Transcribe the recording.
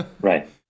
Right